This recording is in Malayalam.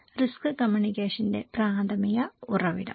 റിസ്ക് കമ്മ്യൂണിക്കേഷന്റെ പ്രാഥമിക ഉറവിടം